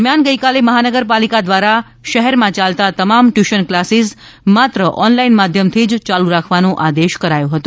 દરમિયાન ગઇકાલે મહાનગરપાલિકા દ્વારા શહેરમાં ચાલતા તમામ ટ્યુશન કલાસિસ માત્ર ઓનલાઈન મધ્યમથી જ ચાલુ રાખવાનો આદેશ કરાયો હતો